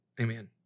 Amen